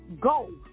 go